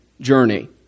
Journey